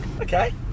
Okay